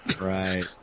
Right